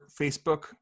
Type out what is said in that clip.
Facebook